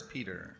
Peter